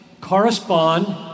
correspond